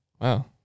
Wow